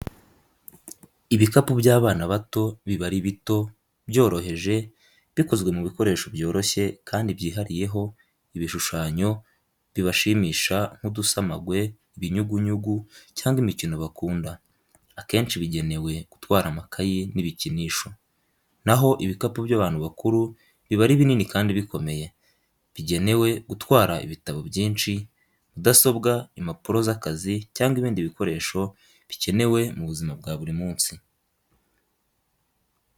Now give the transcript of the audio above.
Ibikapu by’abana bato biba ari bito, byoroheje, bikozwe mu bikoresho byoroshye kandi byihariyeho ibishushanyo bibashimisha nk’udusamagwe, ibinyugunyugu cyangwa imikino bakunda. Akenshi bigenewe gutwara amakayi n’ibikinisho. Na ho ibikapu by’abantu bakuru biba ari binini kandi bikomeye, bigenewe gutwara ibitabo byinshi, mudasobwa, impapuro z’akazi cyangwa ibindi bikoresho bikenewe mu buzima bwa buri munsi.